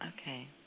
Okay